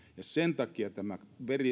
sen takia tämä